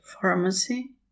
pharmacy